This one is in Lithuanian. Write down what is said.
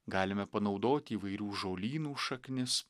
galime panaudoti įvairių žolynų šaknis